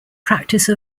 practice